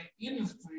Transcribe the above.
industry